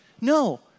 No